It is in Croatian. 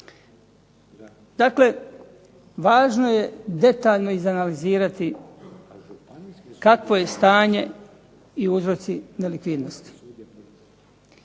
Dakle, važno je detaljno izanalizirati kakvo je stanje i uzroci nelikvidnosti.